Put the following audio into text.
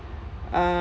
uh